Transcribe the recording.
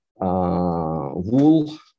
wool